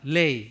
lay